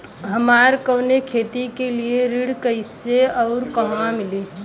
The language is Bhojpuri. हमरा कवनो खेती के लिये ऋण कइसे अउर कहवा मिली?